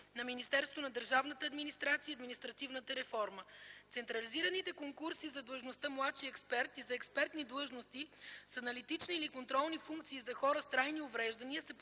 на Министерството на държавната администрация и административната реформа. Централизираните конкурси за длъжността „младши експерт” и за експертни длъжности с аналитични или контролни функции за хора с трайни увреждания